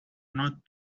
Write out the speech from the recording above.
not